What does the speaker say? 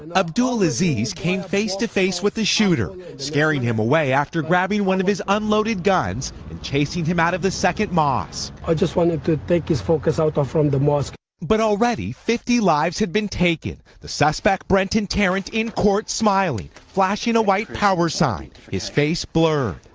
and abdul aziz came face to face with the shooter, scaring him away after grabbing one of his unloaded guns and chasing him out of the second mosque. i just wanted to take his focus out from the mosque. reporter but already fifty lives had been taken. the suspect, brenton tarrant, in court smiling, flashing a white power sign, his face blurred.